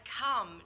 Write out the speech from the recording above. come